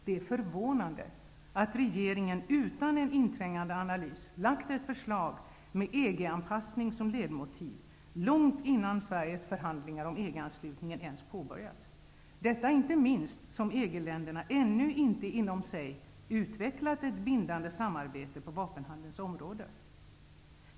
Det är förvånande att regeringen utan en inträngande analys har lagt fram ett förslag med EG-anpassning som ledmotiv långt innan Sveriges förhandling om EG-anslutning ens påbörjats -- detta inte minst som EG-länderna ännu inte inom sig har utvecklat ett bindande samarbete på vapenhandelns område.